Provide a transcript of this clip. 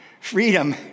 freedom